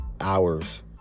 hours